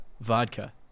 vodka